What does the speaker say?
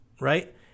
right